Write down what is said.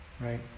right